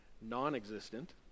non-existent